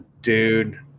dude